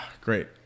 Great